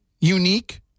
unique